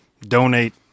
donate